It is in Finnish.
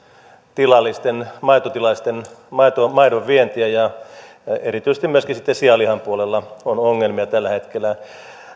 tilallisten maitotilallisten maidonvientiä ja sitten erityisesti myöskin sianlihan puolella on ongelmia tällä hetkellä